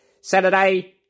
Saturday